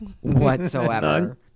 whatsoever